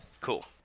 Cool